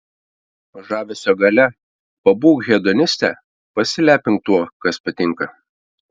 žavesio galia pabūk hedoniste pasilepink tuo kas patinka